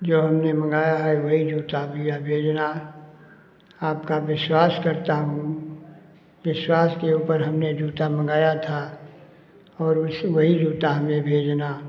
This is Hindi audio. जो हमने मँगाया है वही जूता भइया भेजना आपका विश्वास करता हूँ विश्वास के ऊपर हमने जूता मँगाया था और उस वही जूता हमें भेजना